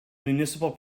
municipal